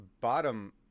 bottom